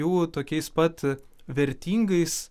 jų tokiais pat vertingais